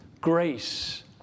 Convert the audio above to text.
grace